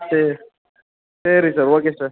சரி சரி sir okay sir